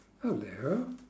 hello